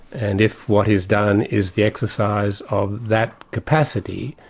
and if what is done is the exercise of that capacity,